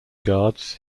guards